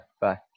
Bye